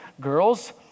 girls